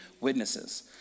witnesses